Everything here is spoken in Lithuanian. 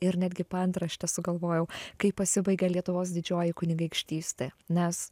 ir netgi paantraštę sugalvojau kai pasibaigė lietuvos didžioji kunigaikštystė nes